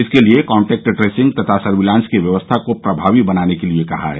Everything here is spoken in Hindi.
इसके लिए कान्टैक्ट ट्रेसिंग तथा सर्विलांस की व्यवस्था को प्रमावी बनाने के लिए कहा है